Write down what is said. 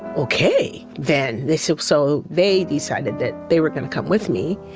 okay. then they said. so they decided that they were going to come with me.